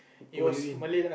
were you in